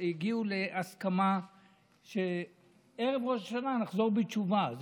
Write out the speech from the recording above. והגיעו להסכמה שערב ראש השנה נחזור בתשובה.